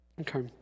Okay